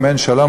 אם אין שלום,